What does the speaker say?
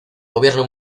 gobierno